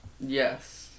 Yes